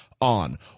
on